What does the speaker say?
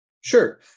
Sure